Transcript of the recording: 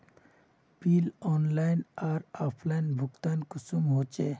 Bill online आर offline भुगतान कुंसम होचे?